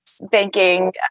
banking